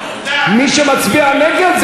מי שמצביע נגד,